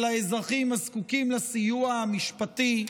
של האזרחים הזקוקים לסיוע המשפטי,